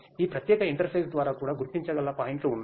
ఈ ప్రత్యేక ఇంటర్ఫేస్ ద్వారా కూడా గుర్తించగల పాయింట్లు వున్నఇ